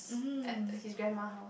at his grandma house